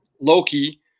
Loki